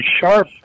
sharp